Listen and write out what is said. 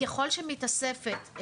ככל שמתאספת,